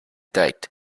date